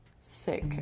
sick